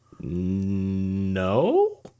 No